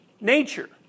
nature